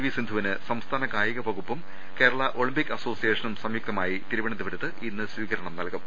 V സിന്ധുവിന് സംസ്ഥാന കായികവകുപ്പും കേരളാ ഒളിമ്പിക് അസോസിയേഷനും സംയുക്തമായി തിരുവനന്തപുരത്ത് ഇന്ന് സ്വീകരണം നൽകും